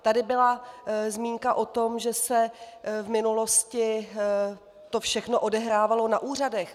Tady byla zmínka o tom, že se to v minulosti všechno odehrávalo na úřadech.